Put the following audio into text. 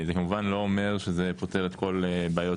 זה כמובן לא אומר שזה פותר את כל בעיות,